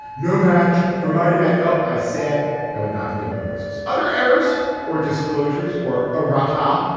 no match for my demat? nope. i said i would not be doing voices, other errors or disclosure's or arata.